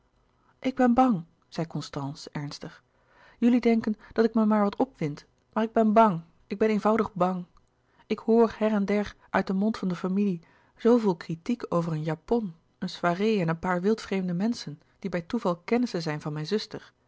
ik ben bang zei constance ernstig jullie denken dat ik me maar wat opwind maar ik ben bang ik ben eenvoudig bang ik hoor her en der uit den mond van de familie zooveel kritiek over een japon een soirêe en een paar wildvreemde menschen die bij toeval kennissen zijn van mijn zuster